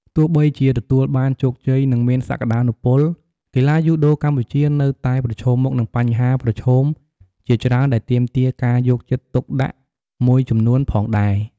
ទោះបីជាទទួលបានជោគជ័យ និងមានសក្តានុពល កីឡាយូដូកម្ពុជានៅតែប្រឈមមុខនឹងបញ្ហាប្រឈមជាច្រើនដែលទាមទារការយកចិត្តទុកដាក់មួយចំនួនផងដែរ ។